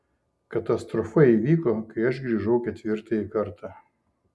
katastrofa įvyko kai aš grįžau ketvirtąjį kartą